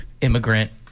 immigrant